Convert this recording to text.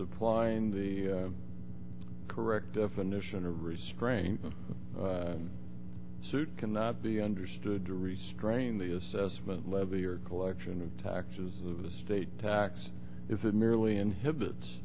applying the correct definition to restraint and suit cannot be understood to restrain the assessment levy or collection of taxes the state tax if it merely inhibits